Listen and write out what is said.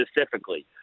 specifically